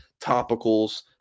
topicals